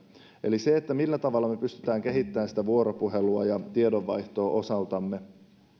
eli sitä millä tavalla me pystymme kehittämään sitä vuoropuhelua ja tiedonvaihtoa osaltamme